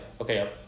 okay